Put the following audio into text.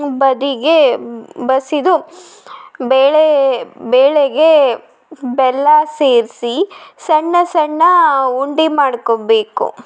ಬದಿಗೆ ಬಸಿದು ಬೇಳೆ ಬೇಳೆಗೆ ಬೆಲ್ಲ ಸೇರಿಸಿ ಸಣ್ಣ ಸಣ್ಣ ಉಂಡೆ ಮಾಡ್ಕೊಬೇಕು